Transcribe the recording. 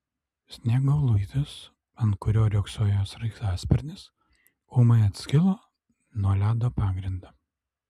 sniego luitas ant kurio riogsojo sraigtasparnis ūmai atskilo nuo ledo pagrindo